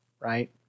right